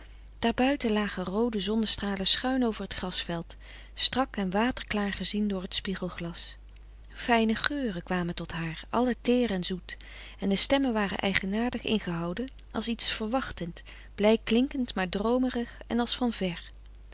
buiten lagen roode zonnestralen schuin over t grasveld strak en water klaar gezien door t spiegelglas fijne geuren kwamen tot haar allen teer en zoet en de stemmen waren eigenaardig ingehouden als iets verwachtend blij klinkend maar droomerig en als van ver